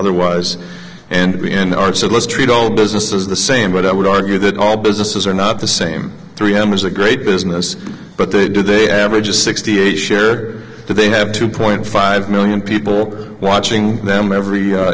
otherwise and b n r so let's treat all businesses the same but i would argue that all businesses are not the same three m is a great business but they do they average sixty a share they have two point five million people watching them every